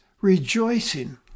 rejoicing